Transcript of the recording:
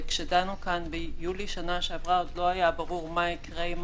כשדנו כאן ביולי בשנה שעברה עוד לא היה ברור מה יקרה עם